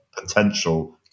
potential